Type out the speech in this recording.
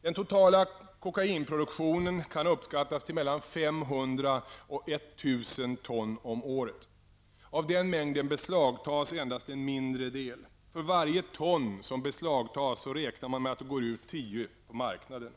Den totala kokainproduktionen kan uppskattas till mellan 500 och 1 000 ton om året. Av denna mängd beslagtas endast en mindre del. För varje ton som beslagtas räknar man med att det går ut tio på marknaden.